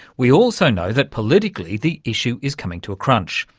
we also know that politically the issue is coming to a crunch,